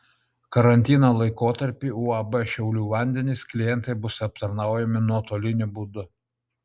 karantino laikotarpiu uab šiaulių vandenys klientai bus aptarnaujami nuotoliniu būdu